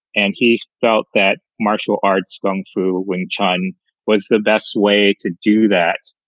and he felt that martial arts come through when china was the best way to do that.